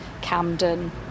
camden